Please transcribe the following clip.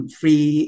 free